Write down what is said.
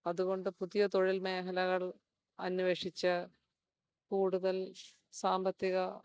അതുകൊണ്ട് പുതിയ തൊഴിൽ മേഘലകൾ അന്വേഷിച്ച് കൂടുതൽ സാമ്പത്തിക